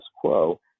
quo